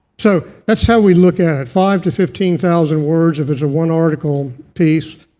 so that's how we look at it. five to fifteen thousand words if it's a one-article piece.